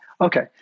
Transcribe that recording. Okay